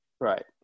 Right